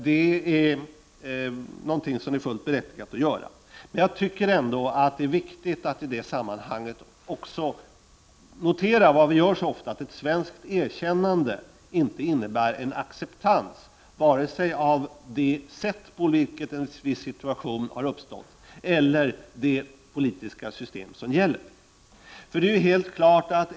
Det är något som är fullt berättigat att göra. Men det är viktigt att i det sammanhanget notera att ett svenskt erkännande inte innebär en acceptans vare sig av det sätt på vilket en viss situation har uppstått eller det politiska system som gäller.